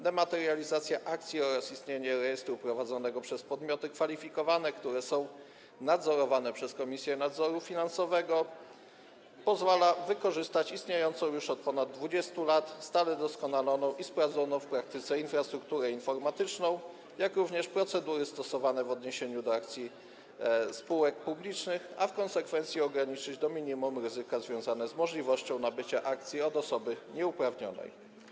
Dematerializacja akcji oraz istnienie rejestru prowadzonego przez podmioty kwalifikowane, które są nadzorowane przez Komisję Nadzoru Finansowego, pozwalają wykorzystać istniejącą już od ponad 20 lat, stale doskonaloną i sprawdzoną w praktyce infrastrukturę informatyczną, jak również procedury stosowane w odniesieniu do akcji spółek publicznych, a w konsekwencji - ograniczyć do minimum ryzyka związane z możliwością nabycia akcji od osoby nieuprawnionej.